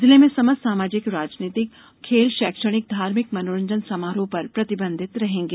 जिले में समस्त सामाजिक राजनीतिक खेल शैक्षणिक धार्मिक मनोरंजन समारोह पर प्रतिबंधित रहेंगे